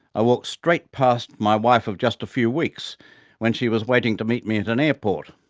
i walked straight past my wife of just a few weeks when she was waiting to meet me at an airport.